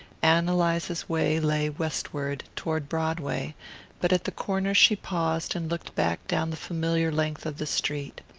ann eliza's way lay westward, toward broadway but at the corner she paused and looked back down the familiar length of the street.